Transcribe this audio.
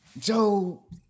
Joe